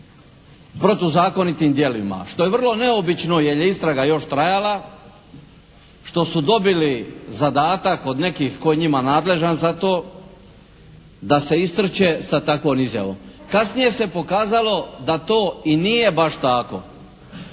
protuzakonitim djelima što je vrlo neobično jer je istraga još trajala, što su dobili zadatak od nekih tko je njima nadležan za to, da se istrče sa takvom izjavom. Kasnije se pokazalo da to i nije baš tako.